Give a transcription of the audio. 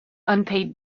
unpaid